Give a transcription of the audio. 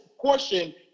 portion